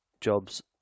jobs